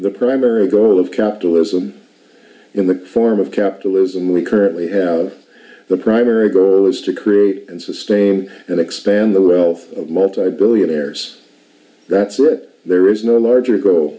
the primary goal of capitalism in the form of capitalism we currently have the primary goal is to create and sustain and expand the wealth of multibillionaires that's right there is no larger g